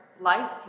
life